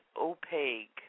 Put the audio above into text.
opaque